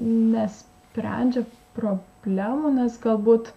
nesprendžia problemų nes galbūt